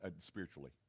spiritually